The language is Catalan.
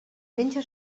menja